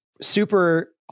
super